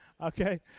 okay